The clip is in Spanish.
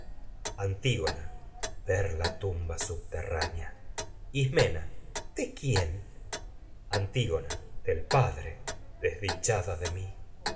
antígona ismena ver la tumba subterránea de quién antígona del padre cómo desdichada de mi